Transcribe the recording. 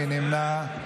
מי נמנע?